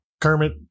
kermit